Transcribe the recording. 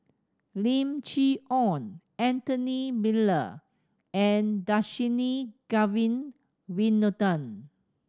Lim Chee Onn Anthony Miller and Dhershini Govin Winodan